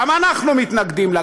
גם אנחנו מתנגדים לה,